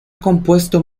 compuesto